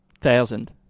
Thousand